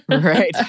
right